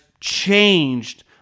changed